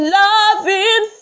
loving